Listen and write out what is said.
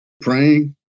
praying